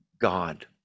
God